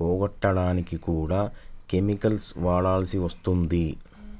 పోగొట్టడానికి కూడా కెమికల్స్ వాడాల్సి వస్తుంది